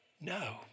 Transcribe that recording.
No